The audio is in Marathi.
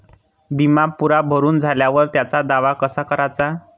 बिमा पुरा भरून झाल्यावर त्याचा दावा कसा कराचा?